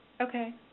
Okay